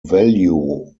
value